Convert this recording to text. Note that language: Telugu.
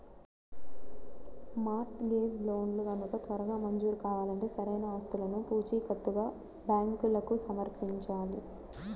మార్ట్ గేజ్ లోన్లు గనక త్వరగా మంజూరు కావాలంటే సరైన ఆస్తులను పూచీకత్తుగా బ్యాంకులకు సమర్పించాలి